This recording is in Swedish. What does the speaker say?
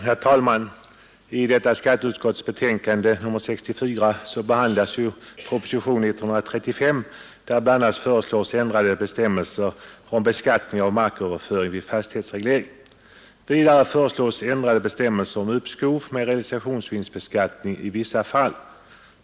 Herr talman! I skatteutskottets betänkande nr 64 behandlas propositionen 135, i vilken bl.a. föreslås ändrade bestämmelser om beskattningen av marköverföring vid fastighetsreglering. Vidare föreslås ändrade bestämmelser om uppskov med realisationsvinstbeskattningen i vissa fall.